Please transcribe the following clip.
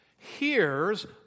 hears